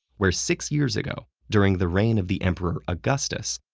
where six years ago, during the reign of the emperor augustus,